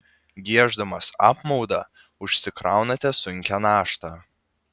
gieždamas apmaudą užsikraunate sunkią naštą